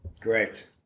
Great